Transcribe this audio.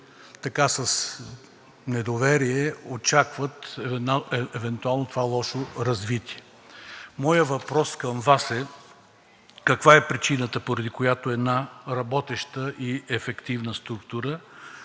които с недоверие очакват евентуално това лошо развитие. Моят въпрос към Вас е каква е причината, поради която една работеща и ефективна структура,